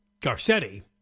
Garcetti